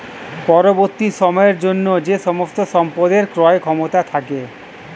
পরবর্তী সময়ের জন্য যে সমস্ত সম্পদের ক্রয় ক্ষমতা থাকে